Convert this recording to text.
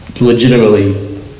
legitimately